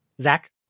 Zach